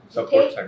Support